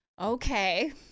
okay